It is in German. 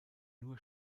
nur